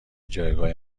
جایگاه